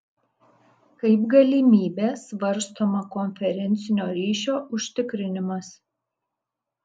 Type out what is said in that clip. kaip galimybė svarstoma konferencinio ryšio užtikrinimas